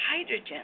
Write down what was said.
hydrogen